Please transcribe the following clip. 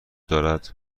دارد